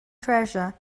treasure